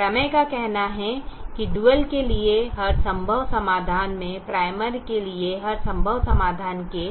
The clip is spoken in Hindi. प्रमेय का कहना है कि डुअल के लिए हर संभव समाधान में प्राइमल के लिए हर संभव समाधान के